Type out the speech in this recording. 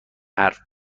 حرف